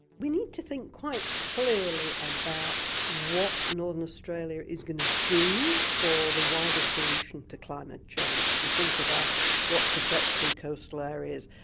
we need to think quite clearly about what northern australia is going to do for the wider solution to climate change. we think about what's the threat to coastal areas,